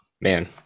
man